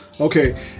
okay